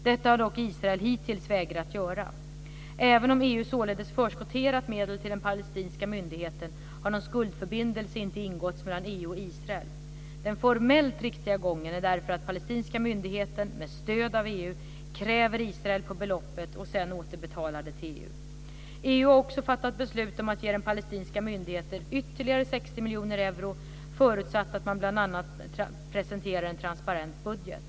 Detta har dock Israel hittills vägrat göra. Även om EU således förskotterat medel till palestinska myndigheten har någon skuldförbindelse inte ingåtts mellan EU och Israel. Den formellt riktiga gången är därför att palestinska myndigheten, med stöd av EU, kräver Israel på beloppet och sedan återbetalar det till EU. EU har också fattat beslut om att ge den palestinska myndigheten ytterligare 60 miljoner euro, förutsatt att man bl.a. presenterar en transparent budget.